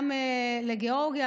גם לגיאורגיה,